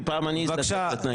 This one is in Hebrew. כי פעם אני אזדקק לתנאים.